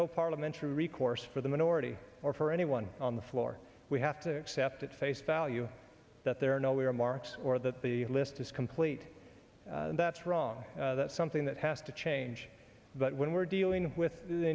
no parliamentary recourse for the minority or for anyone on the floor we have to accept at face value that there are no we are marks or that the list is complete that's wrong that's something that has to change but when we're dealing with the